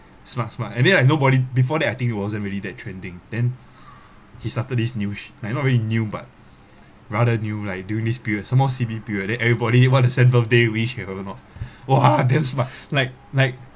smart smart I mean like nobody before that I think it wasn't really that trending then he started this news like not very new but rather new like during this period some more C_B period then everybody want to send birthday wish whatever not !wah! damn smart like like